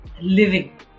living